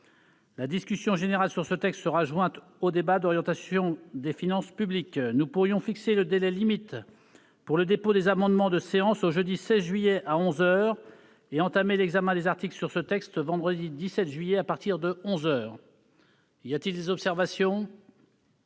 La discussion générale sur ce texte sera jointe au débat d'orientation des finances publiques. Nous pourrions fixer le délai limite pour le dépôt des amendements de séance au jeudi 16 juillet, à onze heures, et entamer l'examen des articles de ce texte vendredi 17 juillet, à partir de onze heures. Y a-t-il des observations ?